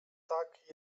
tak